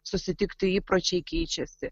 susitikti įpročiai keičiasi